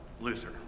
Luther